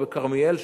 או בכרמיאל,